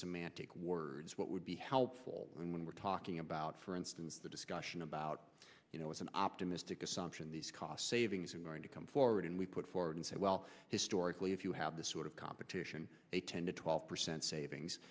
semantic words what would be helpful when we're talking about for instance the discussion about you know it's an optimistic assumption these cost savings are going to come forward and we put forward and say well historically if you have the sort of competition a ten to twelve percent savings